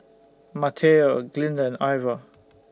Mateo Glinda and Ivor